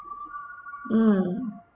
mm